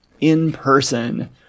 in-person